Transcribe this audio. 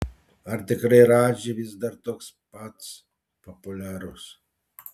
ar tikrai radži vis dar toks pats populiarus